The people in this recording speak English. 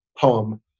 poem